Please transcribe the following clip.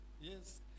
Yes